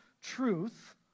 truth